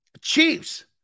Chiefs